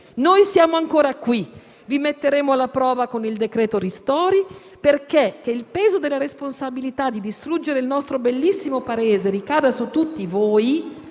Noi siamo ancora qui e vi metteremo alla prova con il decreto ristori, perché, se il peso della responsabilità di distruggere il nostro bellissimo Paese ricadesse su tutti voi,